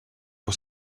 was